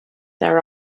there